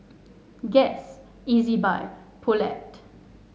Guess Ezbuy and Poulet